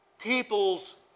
people's